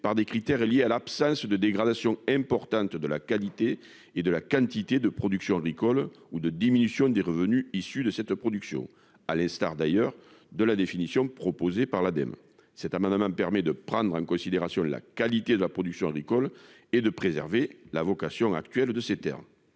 par des critères liés à l'absence de dégradation importante de la qualité et de la quantité de production agricole, ou de diminution des revenus issus de cette production, à l'instar de la définition proposée par l'Ademe. L'adoption de cet amendement permettrait de prendre en considération la qualité de la production agricole et de préserver la vocation actuelle des terres.